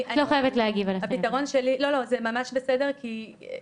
אני באה